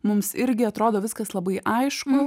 mums irgi atrodo viskas labai aišku